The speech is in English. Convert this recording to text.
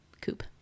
coop